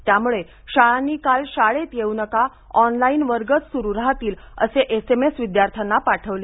त्यामुळे शाळांनी काल शाळेत येऊ नका ऑनलाईन वर्गच सुरू राहतील असे एसएमएस विद्यार्थ्यांना पाठवले